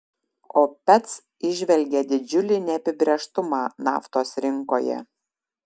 opec įžvelgia didžiulį neapibrėžtumą naftos rinkoje